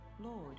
Lord